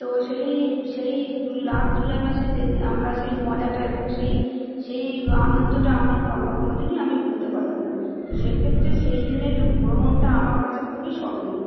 তো সেই সেই জু লাস্ট জুলাই মাসে যেদিন আমরা সেই মজাটা এবং সেই সেই আনন্দটা আমরা কোনও কোনও দিনই আমি ভুলতে পারবো না তো সেক্ষেত্রে সেইদিনের ভ্রমণটা আমার কাছে খুবই স্মরণীয়